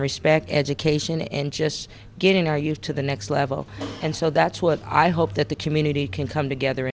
respect education and just getting our used to the next level and so that's what i hope that the community can come together